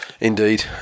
Indeed